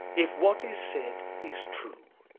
if what is said is true.